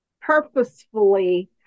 purposefully